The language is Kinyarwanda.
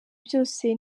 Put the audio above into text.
byose